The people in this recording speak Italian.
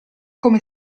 come